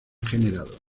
generado